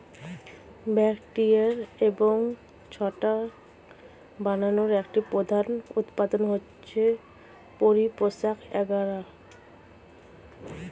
bacteria এবং ছত্রাক বানানোর একটি প্রধান উপাদান হচ্ছে পরিপোষক এগার